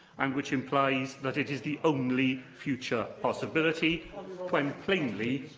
and which implies that it is the only future possibility, when, plainly,